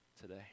today